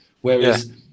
whereas